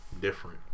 Different